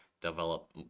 develop